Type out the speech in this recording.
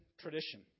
tradition